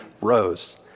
rose